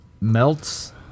melts